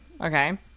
okay